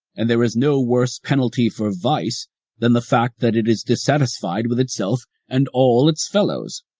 and there is no worse penalty for vice than the fact that it is dissatisfied with itself and all its fellows.